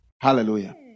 Hallelujah